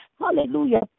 hallelujah